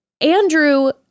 Andrew